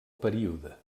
període